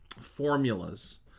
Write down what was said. formulas